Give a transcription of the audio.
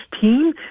team